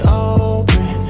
open